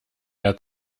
der